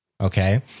Okay